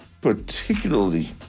particularly